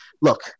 Look